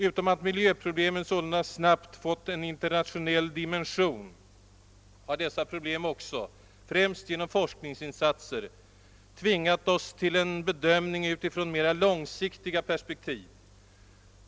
Utom att miljöproblemen sålunda snabbt fått en internationell dimension har dessa problem också — främst genom forskningsinsatser — tvingat oss till en bedömning utifrån mera långsiktiga perspektiv.